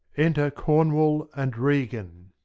enter cornwal and regan.